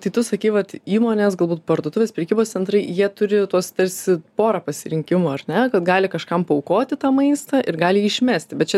tai tu sakei vat įmonės galbūt parduotuvės prekybos centrai jie turi tuos tarsi porą pasirinkimų ar ne kad gali kažkam paaukoti tą maistą ir gali jį išmesti bet čia